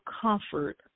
comfort